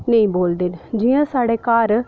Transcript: नेईं बोलदे न जि'यां साढ़े घार